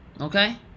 okay